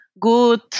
good